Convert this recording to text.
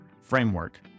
framework